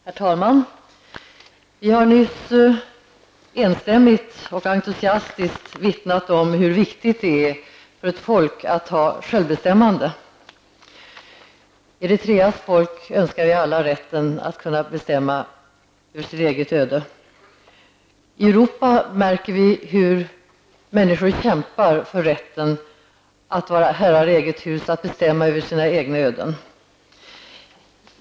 Herr talman! Vi har nyss enstämmigt och entusiastiskt vittnat om hur viktigt det är för ett folk att ha självbestämmande. Vi önskar alla Eritreas folk rätten att kunna bestämma över sitt eget öde. I Europa märker vi hur människor kämpar för rätten att vara herrar i eget hus, att bestämma över sina egna öden.